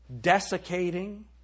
desiccating